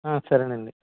సరే అండి